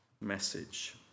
message